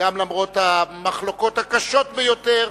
למרות המחלוקות הקשות ביותר,